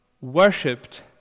worshipped